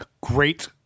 Great